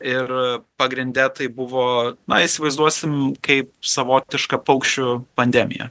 ir pagrinde tai buvo na įsivaizduosim kaip savotišką paukščių pandemiją